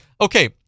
Okay